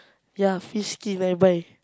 ya fish skin I buy